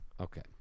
okay